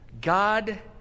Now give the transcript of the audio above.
God